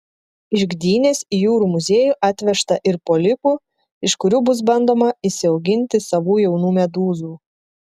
iš gdynės į jūrų muziejų atvežta ir polipų iš kurių bus bandoma išsiauginti savų jaunų medūzų